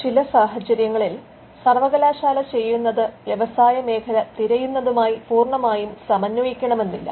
ചില സാഹചര്യങ്ങളിൽ സർവ്വകലാശാല ചെയ്യുന്നത് വ്യവസായ മേഖല തിരയുന്നതുമായി പൂർണ്ണമായും സമന്വയിക്കണമെന്നില്ല